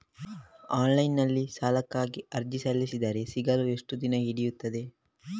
Online ನಲ್ಲಿ ಸಾಲಕ್ಕಾಗಿ ಅರ್ಜಿ ಸಲ್ಲಿಸಿದರೆ ಸಿಗಲು ಎಷ್ಟು ದಿನ ಹಿಡಿಯುತ್ತದೆ?